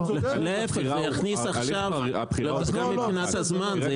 להיפך זה יכניס עכשיו מבחינת הזמן,